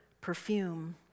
perfume